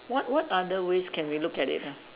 what what other ways can we look at it ah